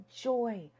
joy